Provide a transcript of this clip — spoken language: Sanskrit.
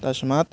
तस्मात्